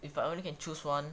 if I only can choose one`